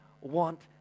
want